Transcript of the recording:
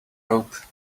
robe